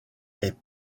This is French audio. est